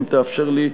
אם תאפשר לי,